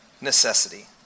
necessity